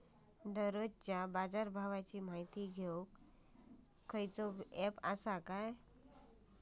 दररोजच्या बाजारभावाची माहिती घेऊक कसलो अँप आसा काय?